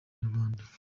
inyarwanda